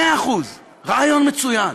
מאה אחוז, רעיון מצוין.